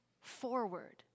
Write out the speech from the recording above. forward